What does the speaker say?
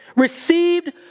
received